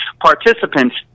participants